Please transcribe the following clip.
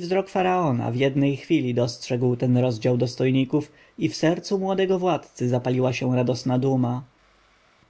wzrok faraona w jednej chwili dostrzegł ten rozdział dostojników i w sercu młodego władcy zapaliła się radosna duma